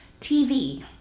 TV